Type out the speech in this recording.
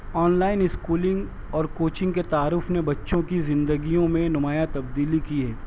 on line schooling اور coaching کے تعارف نے بچوں کی زندگیوں میں نمایاں تبدیلی کی ہے